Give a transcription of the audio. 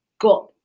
got